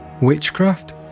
Witchcraft